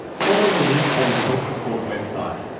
follow the link on the health report website.